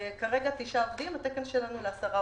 כרגע תשעה עובדים והתקן הוא לעשרה